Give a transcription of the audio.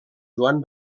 joan